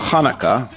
Hanukkah